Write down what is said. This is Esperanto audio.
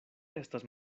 estas